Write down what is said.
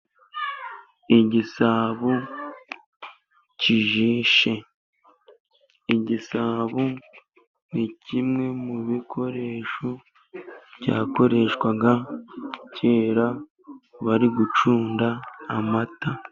Igisabo kijishe, igisabo ni kimwe mu bikoresho byakoreshwaga kera, bari gucunda amata.